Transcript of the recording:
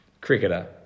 Cricketer